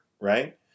right